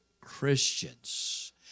Christians